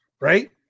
Right